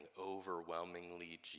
overwhelmingly